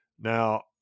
Now